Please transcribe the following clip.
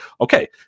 okay